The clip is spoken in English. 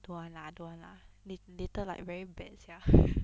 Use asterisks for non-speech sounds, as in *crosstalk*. don't want lah don't want lah lat~ later like very bad sia *laughs*